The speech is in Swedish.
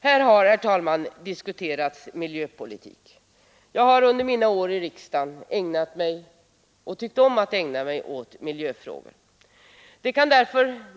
Under mina år i riksdagen har jag ägnat mig åt och tyckt om att ägna mig åt miljöfrågorna.